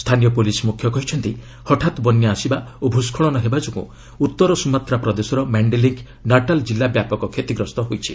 ସ୍ଥାନୀୟ ପୁଲିସ୍ ମୁଖ୍ୟ କହିଛନ୍ତି ହଠାତ୍ ବନ୍ୟା ଆସିବା ଓ ଭୂସ୍କଳନ ହେବା ଯୋଗୁଁ ଉତ୍ତର ସୁମାତ୍ରା ପ୍ରଦେଶର ମାଶ୍ଚେଲିଙ୍ଗ୍ ନାଟାଲ୍ ଜିଲ୍ଲା ବ୍ୟାପକ କ୍ଷତିଗ୍ରସ୍ତ ହୋଇଛି